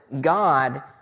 God